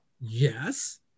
Yes